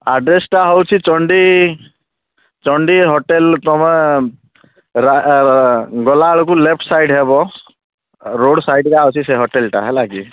ଆଡ଼୍ରେସ୍ଟା ହେଉଛି ଚଣ୍ଡୀ ଚଣ୍ଡୀ ହୋଟେଲ୍ ତୁମେ ଗଲାବେଳକୁ ଲେପ୍ଟ୍ ସାଇଡ଼୍ ହେବ ସାଇଡ଼୍ ସାଇଟ୍ରେ ଅଛି ହୋଟେଲଟା ହେଲା କି